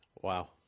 Wow